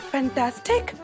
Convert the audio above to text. Fantastic